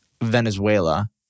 Venezuela